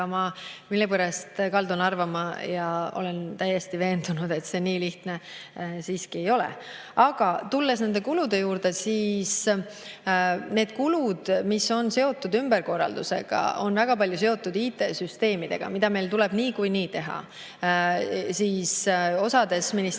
ma millegipärast kaldun arvama või olen täiesti veendunud, et see nii lihtne siiski ei ole. Aga tulen nende kulude juurde. Need kulud, mis on seotud ümberkorraldustega, on väga paljus seotud IT‑süsteemidega. Neid meil tuleb niikuinii teha. Osades ministeeriumides